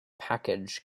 package